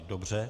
Dobře.